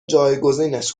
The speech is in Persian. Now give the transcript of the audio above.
جایگزینش